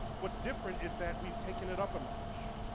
what's different is that we've taken it up a notch.